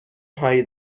هایی